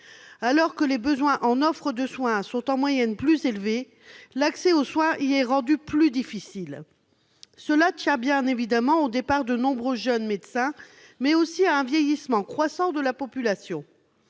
alors que les besoins en offre de soins y sont en moyenne plus élevés, l'accès aux soins y est rendu plus difficile. Cela tient évidemment au départ de nombreux jeunes médecins, mais aussi au vieillissement croissant de la population.